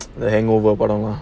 the hangover bottom lah